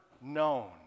known